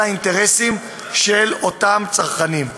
על האינטרסים של אותם צרכנים.